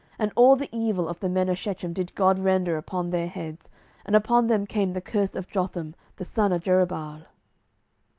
and all the evil of the men of shechem did god render upon their heads and upon them came the curse of jotham the son of jerubbaal.